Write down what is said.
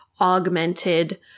augmented